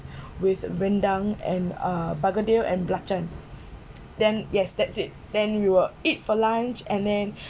with rendang and uh bergedil and belacan then yes that's it then we will eat for lunch and then